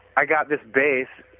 i got this bass.